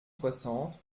soixante